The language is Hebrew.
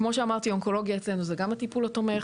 כמו שאמרתי אונקולוגיה אצלנו זה גם הטיפול התומך,